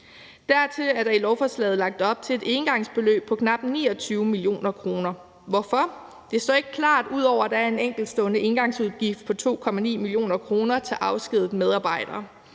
Dertil er der i lovforslaget lagt op til et engangsbeløb på knap 29 mio. kr. Hvorfor? Det står ikke klart, ud over at der er en enkeltstående engangsudgift på 2,9 mio. kr. til afskedigede medarbejdere.